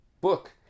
book